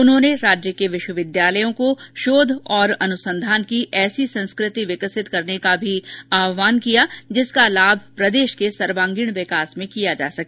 उन्होंने राज्य के विश्वविद्यालयों को शोध और अनुसंधान की ऐसी संस्कृति विकसित करने का भी आहवान किया जिसका लाभ प्रदेश के सर्वांगीण विकास में हो सके